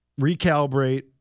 Recalibrate